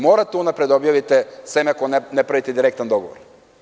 Morate unapred da objavite cene ako ne pravite direktan odgovor.